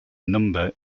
number